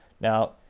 Now